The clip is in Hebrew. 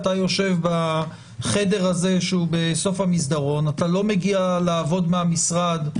אתה יושב בחדר הזה שהוא בסוף המסדרון; אתה לא מגיע לעבוד מהמשרד,